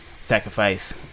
sacrifice